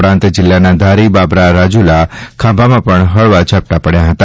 ઉપરાંત જીલ્લાના ધારી બાબરા રાજૂલા ખાંભામાં પણ હળવા ઝાંપટા પડયા હતા